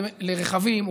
לרכבים,